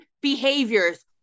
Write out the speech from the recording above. behaviors